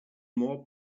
more